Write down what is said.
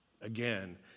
again